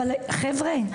אבל חבר'ה,